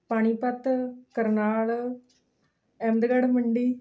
Panipat Karnal Ahmedgarh Mandi